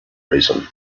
reason